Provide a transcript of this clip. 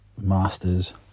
Masters